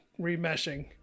remeshing